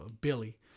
Billy